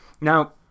Now